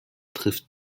trifft